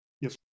yes